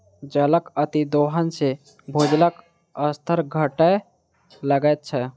जलक अतिदोहन सॅ भूजलक स्तर घटय लगैत छै